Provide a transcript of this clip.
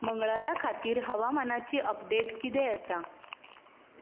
मंगळारा खातीर हवामानाची अपडेट किदें आसा